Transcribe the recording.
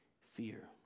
fear